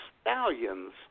Stallions